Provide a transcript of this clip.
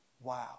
Wow